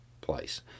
place